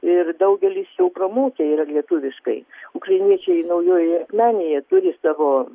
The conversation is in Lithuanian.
ir daugelis jau pramokę yra lietuviškai ukrainiečiai naujojoje akmenėje turi savo